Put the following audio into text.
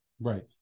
Right